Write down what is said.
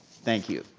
thank you.